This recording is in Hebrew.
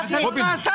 גפני --- זה נעשה,